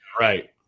right